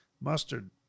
mustard